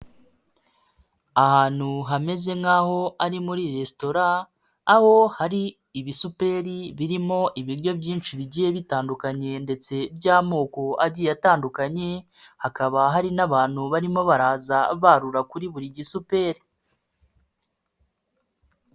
Ahantu hameze nk'aho ari muri resitora aho hari ibisuperi birimo ibiryo byinshi bigiye bitandukanye ndetse by'amoko agiye atandukanye hakaba hari n'abantu barimo baraza barura kuri buri gisuperi.